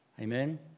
Amen